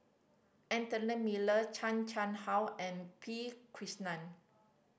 Anthony Miller Chan Chang How and P Krishnan